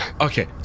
Okay